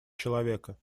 человека